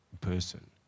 person